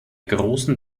großen